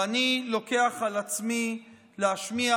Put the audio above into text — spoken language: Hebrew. ואני לוקח לעצמי להשמיע,